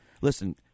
Listen